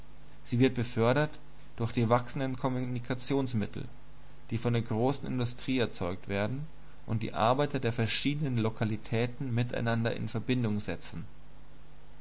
sie wird befördert durch die wachsenden kommunikationsmittel die von der großen industrie erzeugt werden und die arbeiter der verschiedenen lokalitäten miteinander in verbindung setzen